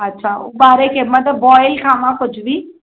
अच्छा ओॿारे के मतिलबु बॉइल खाइयां कुझु बि